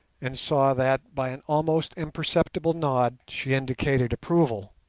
and saw that, by an almost imperceptible nod, she indicated approval.